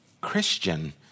Christian